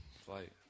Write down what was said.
Flight